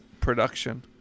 production